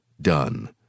done